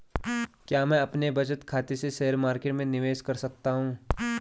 क्या मैं अपने बचत खाते से शेयर मार्केट में निवेश कर सकता हूँ?